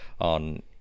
on